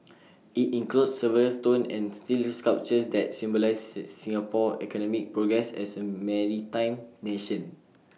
IT includes several stone and steel sculptures that symbolise say Singapore's economic progress as A maritime nation